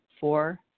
Four